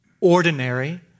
ordinary